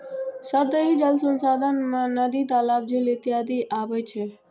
सतही जल संसाधन मे नदी, तालाब, झील इत्यादि अबै छै